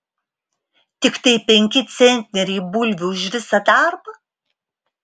tiktai penki centneriai bulvių už visą darbą